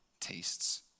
tastes